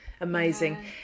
amazing